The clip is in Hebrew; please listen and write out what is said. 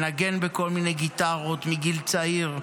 מנגן בכל מיני גיטרות מגיל צעיר.